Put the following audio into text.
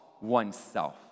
oneself